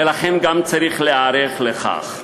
ולכן גם צריך להיערך לכך.